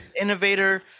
innovator